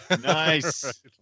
Nice